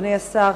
אדוני השר,